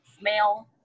male